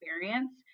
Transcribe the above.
experience